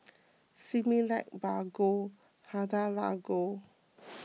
Similac Bargo Hada Labo